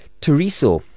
Teresa